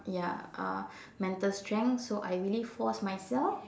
ya uh mental strength so I really force myself